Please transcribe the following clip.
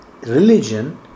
religion